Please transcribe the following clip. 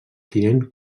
tinent